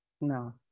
no